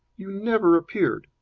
you never appeared.